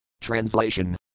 Translation